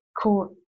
court